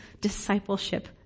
discipleship